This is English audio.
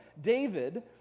David